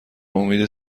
امید